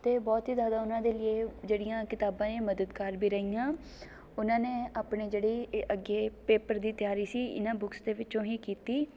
ਅਤੇ ਬਹੁਤ ਹੀ ਜ਼ਿਆਦਾ ਉਹਨਾਂ ਦੇ ਲੀਏ ਜਿਹੜੀਆਂ ਕਿਤਾਬਾਂ ਏ ਮੱਦਦਗਾਰ ਵੀ ਰਹੀਆਂ ਉਹਨਾਂ ਨੇ ਆਪਣੀ ਜਿਹੜੀ ਅੱਗੇ ਪੇਪਰ ਦੀ ਤਿਆਰੀ ਸੀ ਇਹਨਾਂ ਬੁੱਕਸ ਦੇ ਵਿੱਚੋਂ ਹੀ ਕੀਤੀ